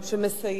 שמסייע.